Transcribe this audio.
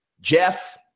Jeff